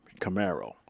Camaro